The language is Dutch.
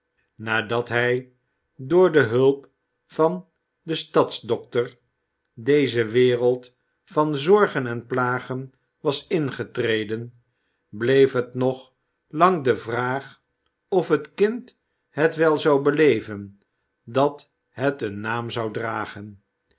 nadat hij door de oliviee twist hulp van den stadsdokter deze wereld van zorgen en plagen was ingetreden bleef het nog lang de vraag of het kind het wel zou beleven dat het een naam zou dragen